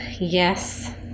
yes